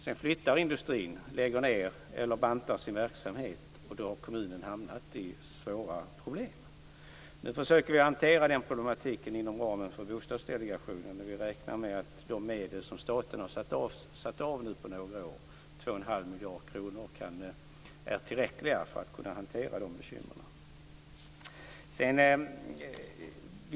Sedan flyttar industrin, lägger ned eller bantar sin verksamhet, och då har kommunen hamnat i svåra problem. Vi försöker hantera den problematiken inom ramen för Bostadsdelegationen, men vi räknar med att de medel som staten nu har satt av på några år, 2 1⁄2 miljard kronor, är tillräckliga för att man skall kunna hantera de bekymren.